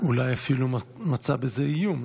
אולי אפילו מצאה בזה איום,